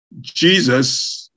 Jesus